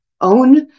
own